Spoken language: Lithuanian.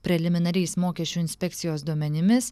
preliminariais mokesčių inspekcijos duomenimis